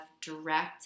direct